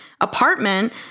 apartment